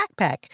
backpack